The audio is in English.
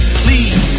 please